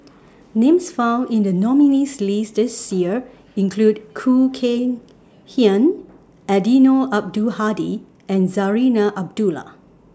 Names found in The nominees' list This Year include Khoo Kay Hian Eddino Abdul Hadi and Zarinah Abdullah